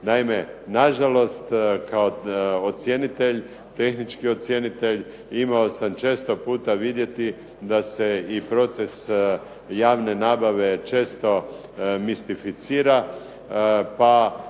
Naime, na žalost kao ocjenitelj, tehnički ocjenitelj imao sam često puta vidjeti da se proces javne nabave često mistificira, pa